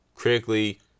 Critically